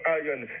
iron